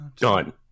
Done